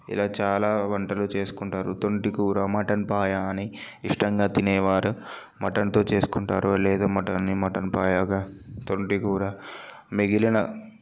ఇలా చాలా వంటలు చేసుకుంటారు తొంటి కూర మటన్ పాయా అని ఇష్టంగా తినే వారు మటన్తో చేసుకుంటారు లేదా మటన్ మటన్ పాయాగా తొంటి కూర మిగిలిన